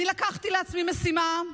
אני לקחתי לעצמי משימה,